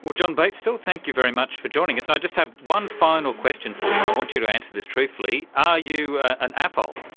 john baichtal, thank you very much for joining us. i just have one final question for you, and i want you to answer this truthfully are you an afol?